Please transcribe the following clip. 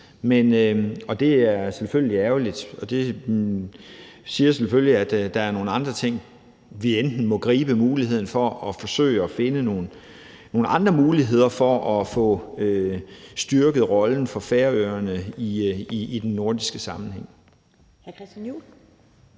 Det er selvfølgelig ærgerligt. Det siger selvfølgelig, at der er andre ting, og her må vi gribe muligheden for at forsøge at finde nogle andre muligheder for at få styrket rollen for Færøerne i den nordiske sammenhæng.